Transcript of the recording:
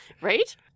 Right